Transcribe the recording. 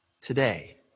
today